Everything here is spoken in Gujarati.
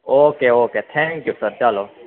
ઓકે ઓકે થેંક્યું સર ચાલો